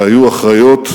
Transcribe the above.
שהיו אחראיות